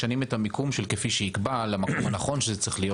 אלא אם משנים את המיקום של "כפי שיקבע" למקום הנכון שזה צריך להיות.